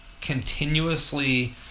continuously